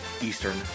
Eastern